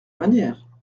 manière